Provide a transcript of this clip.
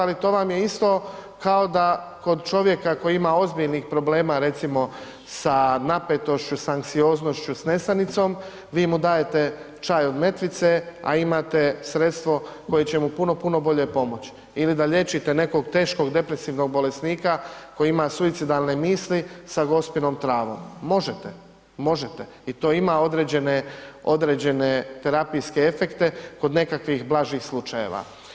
Ali to vam je isto kao da kod čovjeka koji ima ozbiljnih problema, recimo sa napetošću, s anksioznošću, s nesanicom, vi mu dajete čaj od metvice, a imate sredstvo koje će mu puno, puno pomoć ili da liječite nekog teškog depresivnog bolesnika koji ima suicidalne misle sa gospinom travom, možete, možete i to ima određene, određene terapijske efekte kod nekakvih blažih slučajeva.